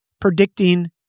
predicting